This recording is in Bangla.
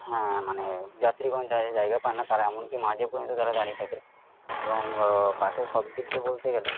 হ্যাঁ মানে যাত্রীগণ জায়গা পায় না তারা এমন কি মাঝে পর্যন্ত তারা দাঁড়িয়ে থাকে এবং বাসে সব দিক দিয়ে বলতে গেলে